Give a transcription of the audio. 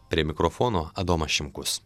prie mikrofono adomas šimkus